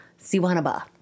Siwanaba